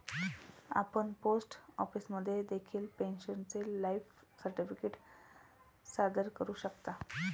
आपण पोस्ट ऑफिसमध्ये देखील पेन्शनरचे लाईफ सर्टिफिकेट सादर करू शकता